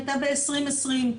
הייתה ב-2020.